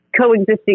coexisting